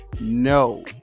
no